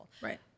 Right